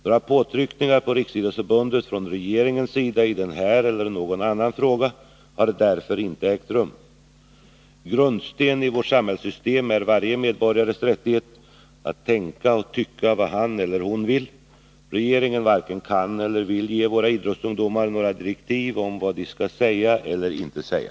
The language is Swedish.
Några påtryckningar på Riksidrottsförbundet från regeringens sida i den här eller någon annan fråga har därför inte ägt rum. En grundsten i vårt samhällssystem är varje medborgares rättighet att "änka och tycka vad han eller hon vill. Regeringen varken kan eller vill ge såra idrottsungdomar några direktiv om vad de skall säga eller inte säga.